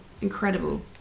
incredible